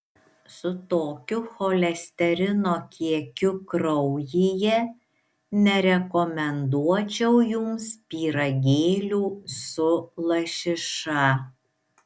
su tokiu cholesterino kiekiu kraujyje nerekomenduočiau jums pyragėlių su lašiša